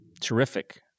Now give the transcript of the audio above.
terrific